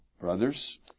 Brothers